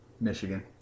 Michigan